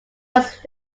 must